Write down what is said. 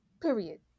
period